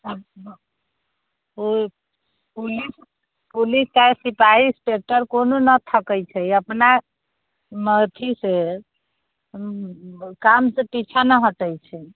ओ police police चाहे सिपाही inspector कोनो ने थकै छै अपना अथी सँ काम सँ पीछा नहि हटै छै